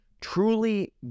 truly